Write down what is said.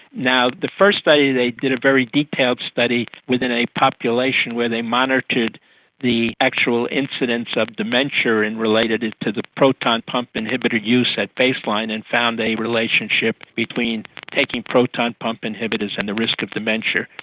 the first study they did a very detailed study within a population where they monitored the actual incidence of dementia and related it to the proton pump inhibitor use at baseline and found a relationship between taking proton pump inhibitors and the risk of dementia.